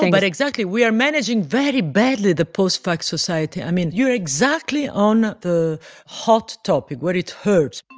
but exactly. we are managing very badly the post-fact society. i mean, you're exactly on the hot topic where it hurts